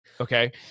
okay